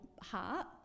heart